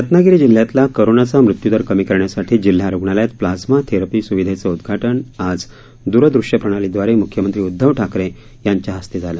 रत्नागिरी जिल्ह्यातला करोनाचा मृत्यूदर कमी करण्यासाठी जिल्हा रुग्णालयात प्लाझ्मा थेरपी स्विधेचं उद्घाटन आज द्रदृश्य प्रणालीद्वारे मुख्यमंत्री उद्धव ठाकरे यांच्या हस्ते झालं